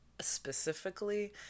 specifically